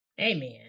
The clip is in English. amen